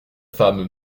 femme